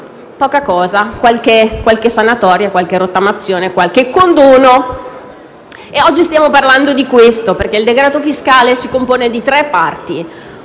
è prevista qualche sanatoria, qualche rottamazione, qualche condono. Oggi stiamo parlando di questo perché il decreto fiscale si compone di tre parti: